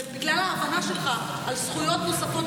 ובגלל ההבנה שלך על זכויות נוספות,